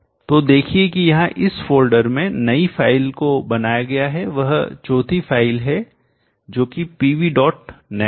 तो देखिये कि यहाँ इस फोल्डर में नई फाइल को बनाया गया है वह चौथी फाइल हैजो कि pvnet है